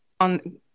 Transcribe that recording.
on